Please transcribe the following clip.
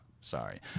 sorry